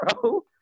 bro